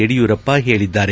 ಯಡಿಯೂರಪ್ಪ ಹೇಳದ್ದಾರೆ